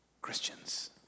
Christians